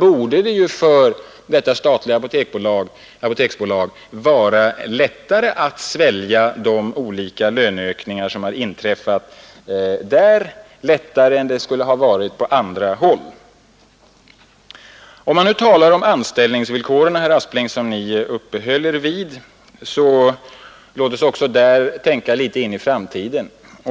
borde det vara lättare för det statliga Apoteksbolaget än för andra bolag att svälja de löneökningar som inträffat. Herr Apling uppehöll sig vid anställningsvillkoren. Låt oss också där tänka litet in i framtiden.